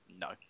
no